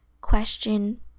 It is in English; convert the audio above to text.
question